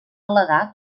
al·legar